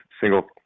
single